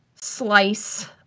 slice